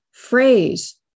Phrase